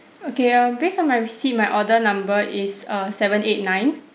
okay uh based on my receipt my order number is uh seven eight nine